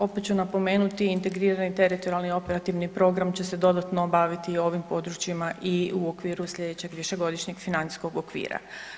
Opet ću napomenuti integrirani teritorijalni operativni program će se dodatno baviti i ovim područjima i u okviru sljedećeg višegodišnje financijskog okvira.